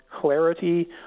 clarity